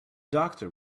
doctor